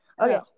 Okay